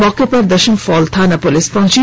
मौके पर दशम फॉल थाना पुलिस पहुंची